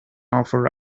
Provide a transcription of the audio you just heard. offer